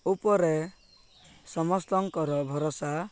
ଉପରେ ସମସ୍ତଙ୍କର ଭରସା